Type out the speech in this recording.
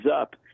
up